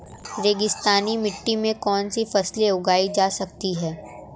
रेगिस्तानी मिट्टी में कौनसी फसलें उगाई जा सकती हैं?